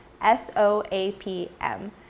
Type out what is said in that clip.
S-O-A-P-M